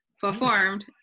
performed